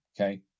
okay